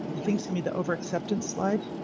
i think should be the over acceptance slide.